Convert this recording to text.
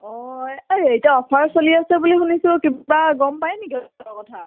এই এতিয়া অ'ফাৰ চলি আছে বুলি শুনিছোঁ কিবা গম পায় নেকি কথা